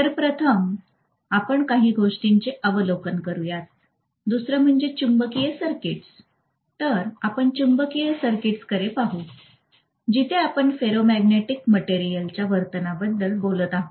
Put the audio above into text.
तर प्रथम आपण काही गोष्टीचे अवलोकन करूयात दुसरं म्हणजे चुंबकीय सर्किट्स तर आपण चुंबकीय सर्किट्सकडे पाहू जिथे आपण फेरोमॅग्नेटिक मटेरियलच्या वर्तनाबद्दल बोलत आहोत